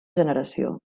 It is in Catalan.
generació